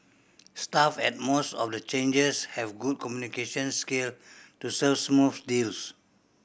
staff at most of the changers have good communication skill to serve smooth deals